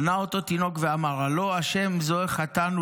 ענה אותו תינוק ואמר: 'הלא ה' זו חטאנו